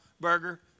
Burger